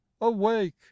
awake